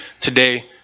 today